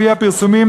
לפי הפרסומים,